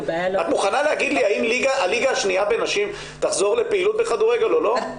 את מוכנה להגיד לי האם הליגה השנייה בנשים תחזור לפעילות בכדורגל או לא?